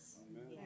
Amen